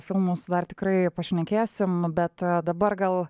filmus dar tikrai pašnekėsim bet dabar gal